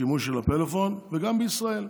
השימוש בפלאפון, וגם בישראל.